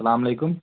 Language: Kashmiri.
اسلام علیکُم